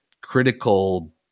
critical